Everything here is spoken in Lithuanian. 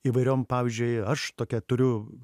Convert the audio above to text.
įvairiom pavyzdžiui aš tokią turiu